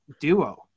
duo